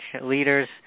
Leaders